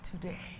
today